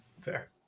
Fair